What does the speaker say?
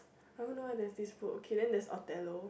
i don't know why there's this book okay then that's Othello